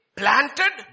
planted